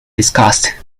discussed